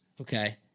okay